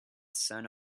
sun